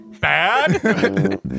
bad